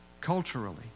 Culturally